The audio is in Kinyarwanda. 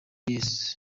yesu